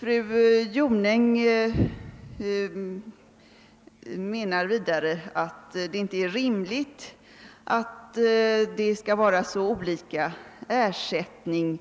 Fru Jonäng menar vidare att det inte är rimligt att det skall utgå så olika ersättningar